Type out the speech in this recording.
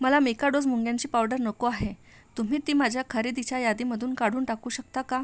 मला मेकाडोज मुंग्यांची पावडर नको आहे तुम्ही ती माझ्या खरेदीच्या यादीमधून काढून टाकू शकता का